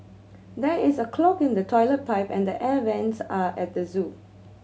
there is a clog in the toilet pipe and the air vents are at the zoo